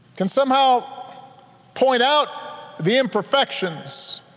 can somehow point out the imperfections